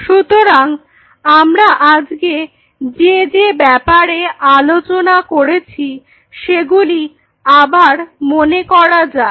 সুতরাং আমরা আজকে যে যে ব্যাপারে আলোচনা করেছি সেগুলি আবার মনে করা যাক